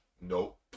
Nope